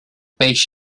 peix